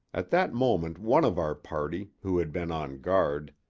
at that moment one of our party, who had been on guard,